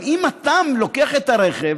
אבל אם אתה לוקח את הרכב,